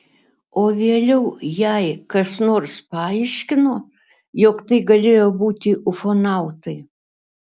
o vėliau jai kas nors paaiškino jog tai galėjo būti ufonautai